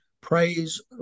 praise